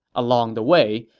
along the way,